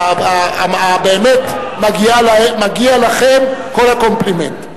באמת, מגיע לכם כל הקומפלימנט.